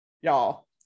y'all